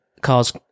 cars